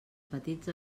petits